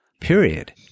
Period